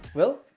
well,